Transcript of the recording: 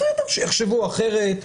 בסדר שיחשבו אחרת,